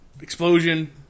Explosion